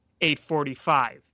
845